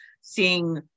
seeing